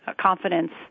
confidence